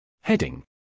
Heading